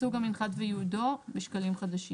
סוג המנחת וייעודו בשקלים חדשים.